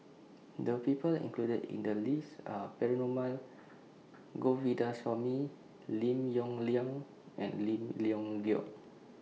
The People included in The list Are Perumal Govindaswamy Lim Yong Liang and Lim Leong Geok